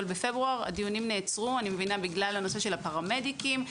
בפברואר הדיונים נעצרו בגלל הנושא של הפרמדיקים.